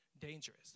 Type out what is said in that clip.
dangerous